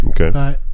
okay